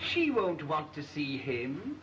she won't want to see him